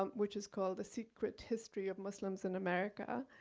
um which is called, a secret history of muslims in america,